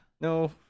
No